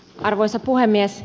arvoisa puhemies